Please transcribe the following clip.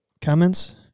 comments